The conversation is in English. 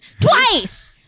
Twice